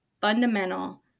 fundamental